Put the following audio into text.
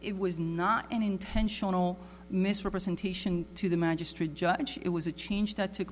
it was not an intentional misrepresentation to the magistrate judge it was a change that took